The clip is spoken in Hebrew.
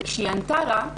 וכשהיא ענתה לה,